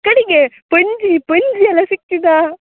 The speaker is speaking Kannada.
ಕಡೆಗೆ ಪಂಚೆ ಪಂಚೆ ಎಲ್ಲ ಸಿಕ್ತದಾ